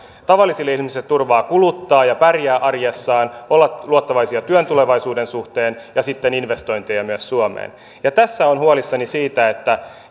tavallisille ihmisille turvaa kuluttaa ja pärjätä arjessaan olla luottavaisia työn tulevaisuuden suhteen ja sitten investointeja myös suomeen tässä olen huolissani siitä että